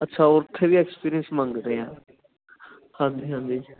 ਅੱਛਾ ਉੱਥੇ ਵੀ ਐਕਸਪੀਰੀਐਂਸ ਮੰਗਦੇ ਆ ਹਾਂਜੀ ਹਾਂਜੀ